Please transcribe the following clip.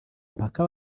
mpaka